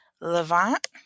Levant